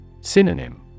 Synonym